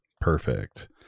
Perfect